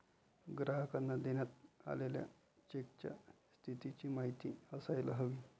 ग्राहकांना देण्यात आलेल्या चेकच्या स्थितीची माहिती असायला हवी